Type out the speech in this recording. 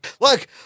Look